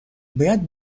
باید